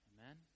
Amen